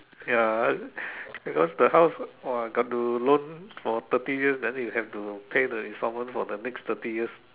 ya because the house !wah! got to loan for thirty years then you have to pay the installments for the next thirty years